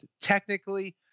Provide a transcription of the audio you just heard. technically